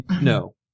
No